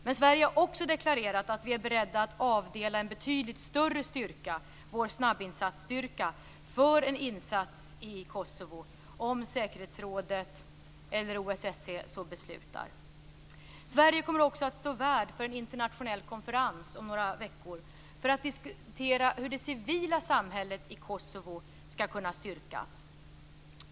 Men Sverige har också deklarerat att vi är beredda att avdela en betydligt större styrka, vår snabbinsatsstyrka, för en insats i Kosovo om säkerhetsrådet eller OSSE så beslutar. Sverige kommer också att stå värd för en internationell konferens om några veckor för att diskutera hur det civila samhället i Kosovo skall kunna styrkas.